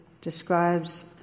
describes